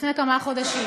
לפני כמה חודשים.